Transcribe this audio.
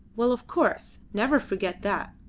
well, of course. never forget that.